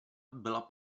byla